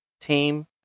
team